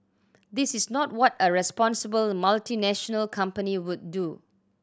this is not what a responsible multinational company would do